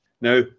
Now